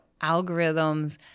algorithms